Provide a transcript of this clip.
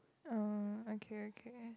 uh okay okay